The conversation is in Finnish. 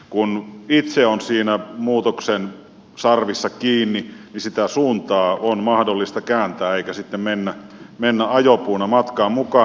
kun itse on muutoksen sarvissa kiinni niin sitä suuntaa on mahdollista kääntää eikä sitten mennä ajopuuna matkaan mukaan